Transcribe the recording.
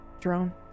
drone